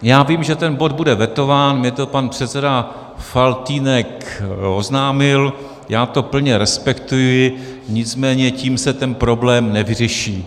Já vím, že ten bod bude vetován, mně to pan předseda Faltýnek oznámil, já to plně respektuji, nicméně tím se ten problém nevyřeší.